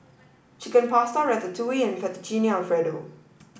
Chicken Pasta Ratatouille and Fettuccine Alfredo